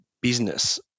business